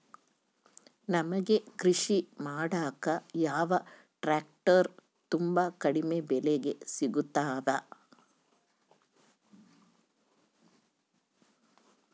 ನಮಗೆ ಕೃಷಿ ಮಾಡಾಕ ಯಾವ ಟ್ರ್ಯಾಕ್ಟರ್ ತುಂಬಾ ಕಡಿಮೆ ಬೆಲೆಗೆ ಸಿಗುತ್ತವೆ?